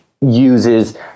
uses